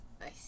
Nice